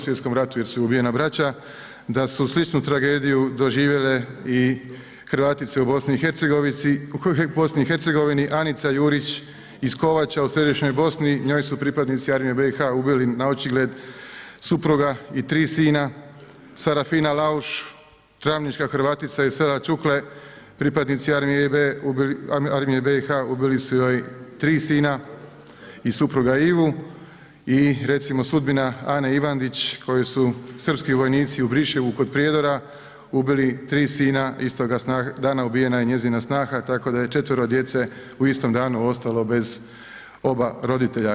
Svj. ratu jer su joj ubijena braća, da su sličnu tragediju doživjele Hrvatice u BiH, Anica Jurić iz Kovača u središnjoj Bosni, njoj su pripadnici Armije BiH ubili naočigled supruga i 3 sina, Sarafina Lauš, travnička Hrvatica iz sela Čukle, pripadnici Armije BiH ubili su joj 3 sina i supruga Ivu i recimo sudbina Ane Ivandić, koju su srpski vojnici u Briševu kod Prijedora ubili 3 sina, istoga dana ubijena je njezina snaha, tako da je 4-ero djece u istom danu ostalo bez oba roditelja.